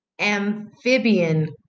amphibian